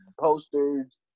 posters